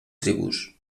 tribus